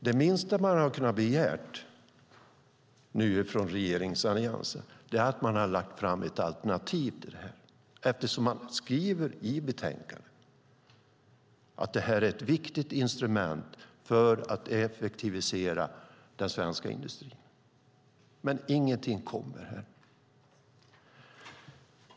Det minsta man kunnat begära av alliansregeringen hade varit att de lagt fram ett alternativ till programmet eftersom man i betänkandet skriver att det är ett viktigt instrument för att effektivisera den svenska industrin. Men ingenting föreslås.